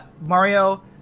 Mario